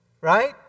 Right